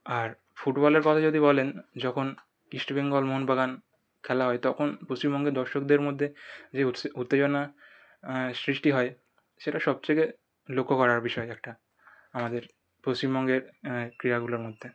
আর ফুটবলের কথা যদি বলেন যখন ইস্টবেঙ্গল মোহনবাগান খেলা হয় তখন পশ্চিমবঙ্গের দর্শকদের মধ্যে যে উৎসে উত্তেজনা সৃষ্টি হয় সেটা সবথেকে লক্ষ করার বিষয় একটা আমাদের পশ্চিমবঙ্গের ক্রীড়াগুলোর মধ্যে